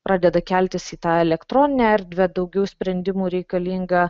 pradeda keltis į tą elektroninę erdvę daugiau sprendimų reikalingą